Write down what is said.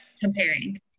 comparing